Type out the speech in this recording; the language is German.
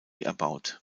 erbaut